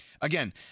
Again